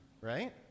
right